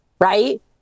Right